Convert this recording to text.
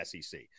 SEC